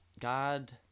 God